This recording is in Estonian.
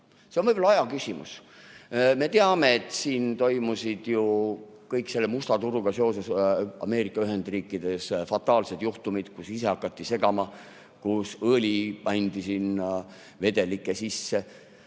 See on võib-olla aja küsimus.Me teame, et siin toimusid ju – kõik seoses selle musta turuga Ameerika Ühendriikides – fataalsed juhtumid, kus ise hakati segama, kus õli pandi vedelike sisse.